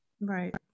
Right